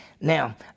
Now